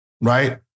Right